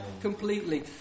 completely